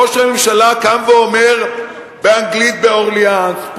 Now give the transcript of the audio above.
ראש הממשלה קם ואומר באנגלית בניו-אורלינס,